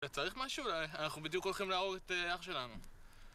אתה צריך משהו אולי? אנחנו בדיוק הולכים להרוג את אח שלנו